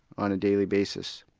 on a daily basis.